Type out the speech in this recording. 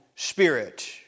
Spirit